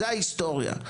זו ההיסטוריה,